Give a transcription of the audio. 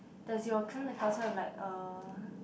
does your have like a